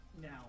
now